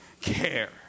care